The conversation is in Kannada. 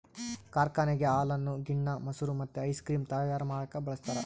ಕಾರ್ಖಾನೆಗ ಹಾಲನ್ನು ಗಿಣ್ಣ, ಮೊಸರು ಮತ್ತೆ ಐಸ್ ಕ್ರೀಮ್ ತಯಾರ ಮಾಡಕ ಬಳಸ್ತಾರ